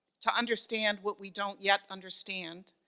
to understand what we don't yet understand,